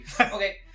Okay